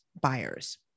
buyers